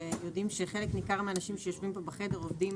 אנחנו יודעים שחלק ניכר מהאנשים היושבים כאן בחדר עובדים